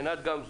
עינת גמזו.